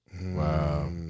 Wow